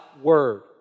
word